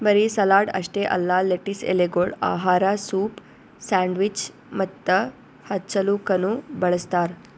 ಬರೀ ಸಲಾಡ್ ಅಷ್ಟೆ ಅಲ್ಲಾ ಲೆಟಿಸ್ ಎಲೆಗೊಳ್ ಆಹಾರ, ಸೂಪ್, ಸ್ಯಾಂಡ್ವಿಚ್ ಮತ್ತ ಹಚ್ಚಲುಕನು ಬಳ್ಸತಾರ್